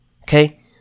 Okay